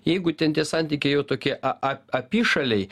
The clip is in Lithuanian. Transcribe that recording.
jeigu ten tie santykiai jau tokie a a apyšaliai